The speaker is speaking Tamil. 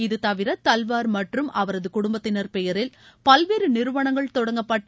இது தவிர தல்வார் மற்றும் அவரது குடும்பத்தினர் பெயரில் பல்வேறு நிறுவனங்கள் தொடங்கப்பட்டு